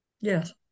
Yes